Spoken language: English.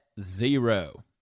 zero